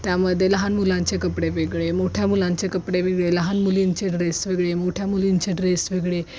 त्यामध्ये लहान मुलांचे कपडे वेगळे मोठ्या मुलांचे कपडे वेगळे लहान मुलींचे ड्रेस वेगळे मोठ्या मुलींचे ड्रेस वेगळे